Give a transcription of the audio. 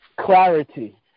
clarity